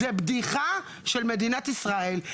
זו בדיחה של מדינת ישראל,